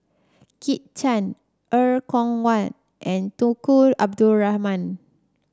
Kit Chan Er Kwong Wah and Tunku Abdul Rahman